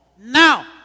Now